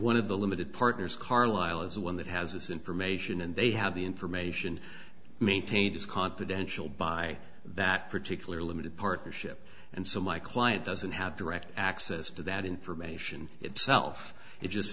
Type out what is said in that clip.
one of the limited partners carlyle is the one that has this information and they have the information maintained is confidential by that particular limited partnership and so my client doesn't have direct access to that information itself it just